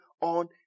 on